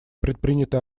предприняты